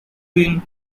been